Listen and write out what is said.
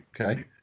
Okay